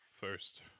first